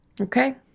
Okay